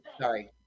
Sorry